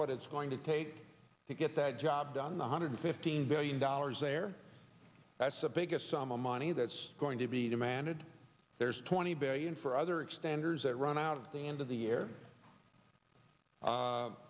what it's going to take to get that job done one hundred fifteen billion dollars there that's a big a sum of money that's going to be demanded there's twenty billion for other extenders that run out of the end of the year